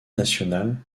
national